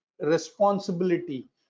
responsibility